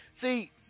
See